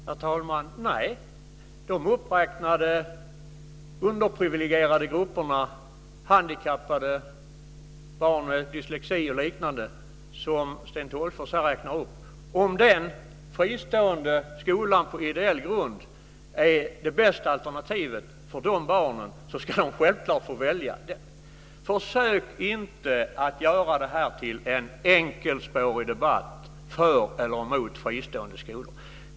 Herr talman! Om en fristående skola på ideell grund är det bästa alternativet för de underprivilegierade grupper - handikappade, barn med dyslexi och liknande - som Sten Tolgfors räknar upp, ska de barnen självklart få välja. Försök inte att göra detta till en enkelspårig debatt för eller emot fristående skolor!